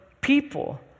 people